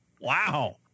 Wow